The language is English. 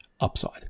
upside